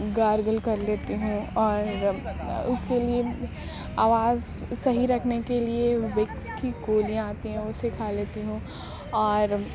gargle کر لیتی ہوں اور اس کے لیے آواز صحیح رکھنے کے لیے وکس کی گولیاں آتی ہیں اسے کھا لیتی ہوں اور